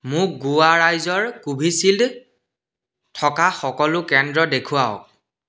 মোক গোৱা ৰাজ্যৰ কোভিচিল্ড থকা সকলো কেন্দ্ৰ দেখুৱাওক